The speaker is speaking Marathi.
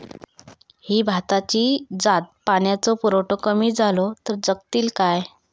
ही भाताची जात पाण्याचो पुरवठो कमी जलो तर जगतली काय?